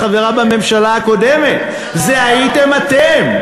היא לא הייתה חברה בממשלה הקודמת, זה הייתם אתם,